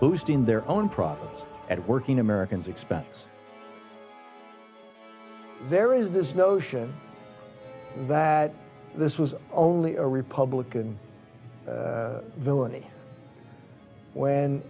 boosting their own profits at working americans expense there is this notion that this was only a republican villainy when